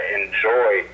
enjoy